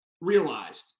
realized